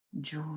joy